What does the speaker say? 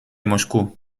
moscú